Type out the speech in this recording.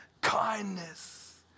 Kindness